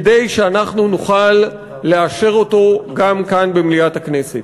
כדי שאנחנו נוכל לאשר אותו גם כאן במליאת הכנסת.